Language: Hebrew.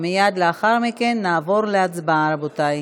מייד לאחר מכן נעבור להצבעה, רבותי.